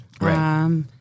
Right